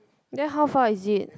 then how far is it